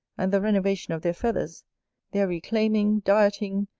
and the renovation of their feathers their reclaiming, dieting,